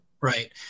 Right